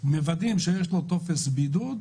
מוודאים שיש לו טופס בידוד,